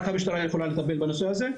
רק המשטרה יכולה לטפל בנושא הזה.